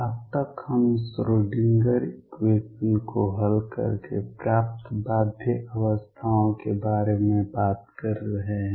अब तक हम श्रोडिंगर इक्वेशन को हल करके प्राप्त बाध्य अवस्थाओं के बारे में बात कर रहे हैं